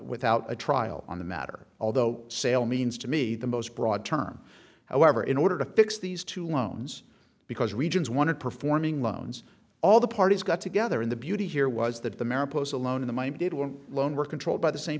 without a trial on the matter although sale means to me the most broad term however in order to fix these two loans because regions wanted performing loans all the parties got together in the beauty here was that the mare post alone in the mind did one loan were controlled by the same